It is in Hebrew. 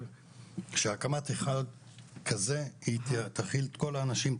שהקמת היכל כזה היא תכיל את כל האנשים,